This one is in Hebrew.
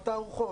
התערוכות,